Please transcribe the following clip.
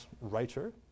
writer